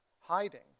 hiding